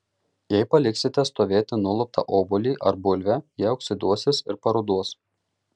jei paliksite stovėti nuluptą obuolį ar bulvę jie oksiduosis ir paruduos